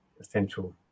essential